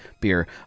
beer